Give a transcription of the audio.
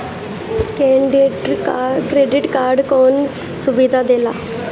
Credit card कौन सुबिधा देला?